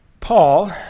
Paul